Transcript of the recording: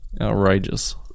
Outrageous